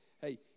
Hey